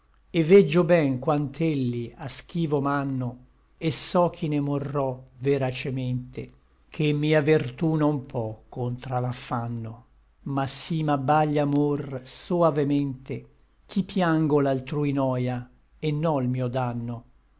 e veggio ben quant'elli a schivo m'ànno e so ch'i ne morrò veracemente ché mia vertú non pò contra l'affanno ma sí m'abbaglia amor soavemente ch'i piango l'altrui noia et no l mio danno